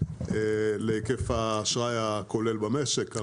להיקף האשראי הכולל במשק.